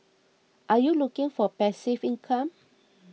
are you looking for passive income